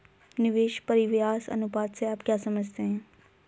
निवेश परिव्यास अनुपात से आप क्या समझते हैं?